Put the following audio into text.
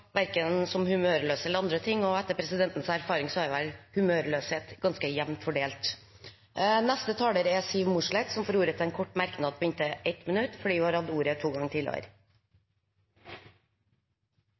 som verken humørløse eller andre ting. Etter presidentens erfaring er vel humørløshet ganske jevnt fordelt. Representanten Siv Mossleth har hatt ordet to ganger tidligere og får ordet til en kort merknad, begrenset til 1 minutt